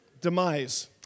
demise